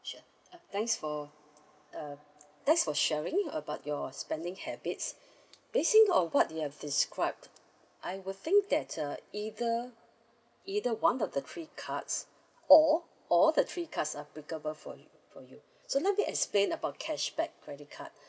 sure uh thanks for uh thanks for sharing about your spending habits base on what you have described I would think that uh either either one of the three cards or all the three cards are applicable for you for you so let me explain about cashback credit card